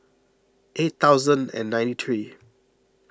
eight thousand and ninety three